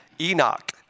Enoch